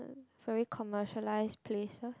very commercialized places